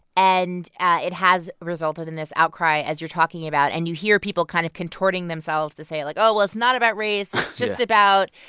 and it has resulted in this outcry, as you're talking about. and you hear people kind of contorting themselves to say, like, oh, well, it's not about race. it's just about,